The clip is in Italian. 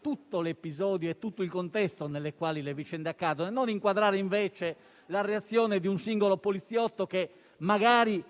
tutto l'episodio e il contesto nel quale le vicende accadono e non inquadrare invece la reazione di un singolo poliziotto che magari